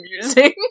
amusing